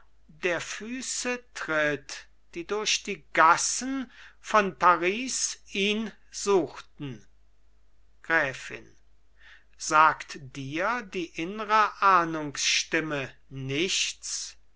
der füße tritt die durch die gassen von paris ihn suchten gräfin sagt dir die innre ahnungsstimme nichts